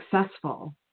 successful